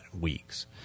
weeks